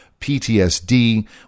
PTSD